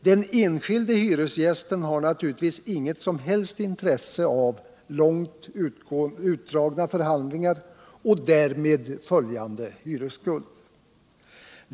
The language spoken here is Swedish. Den enskilde hyresgästen har naturligtvis inget som helst intresse av långt utdragna förhandlingar och därmed följande hyresskuld.